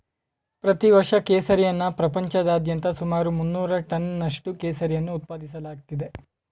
ಪ್ರತಿ ವರ್ಷ ಕೇಸರಿಯನ್ನ ಪ್ರಪಂಚಾದ್ಯಂತ ಸುಮಾರು ಮುನ್ನೂರು ಟನ್ನಷ್ಟು ಕೇಸರಿಯನ್ನು ಉತ್ಪಾದಿಸಲಾಗ್ತಿದೆ